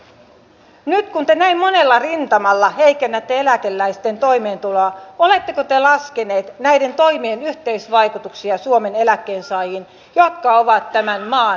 ministeri stubb nyt kun te näin monella rintamalla heikennätte eläkeläisten toimeentuloa oletteko te laskeneet näiden toimien yhteisvaikutuksia suomen eläkkeensaajiin jotka ovat tämän maan meille rakentaneet